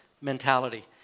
mentality